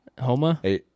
Homa